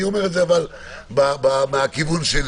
אבל אני אומר את זה מהכיוון שלי.